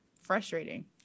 frustrating